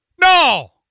No